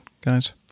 guys